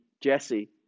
Jesse